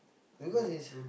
because it's